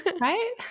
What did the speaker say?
Right